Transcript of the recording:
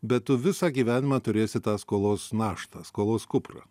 bet tu visą gyvenimą turėsi tą skolos naštą skolos kuprą